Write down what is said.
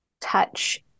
touch